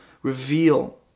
Reveal